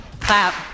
clap